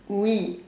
we